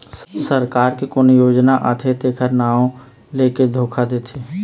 सरकार के कोनो योजना आथे तेखर नांव लेके धोखा देथे